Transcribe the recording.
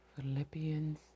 Philippians